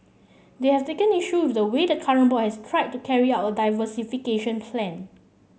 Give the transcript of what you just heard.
they have taken issue with the way the current board has tried to carry out a diversification plan